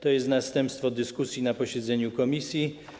To jest następstwo dyskusji na posiedzeniu komisji.